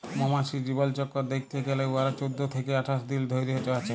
মমাছির জীবলচক্কর দ্যাইখতে গ্যালে উয়ারা চোদ্দ থ্যাইকে আঠাশ দিল ধইরে বাঁচে